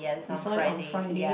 you saw it on Friday